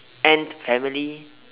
ant family